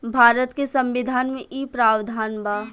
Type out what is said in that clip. भारत के संविधान में इ प्रावधान बा